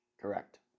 Correct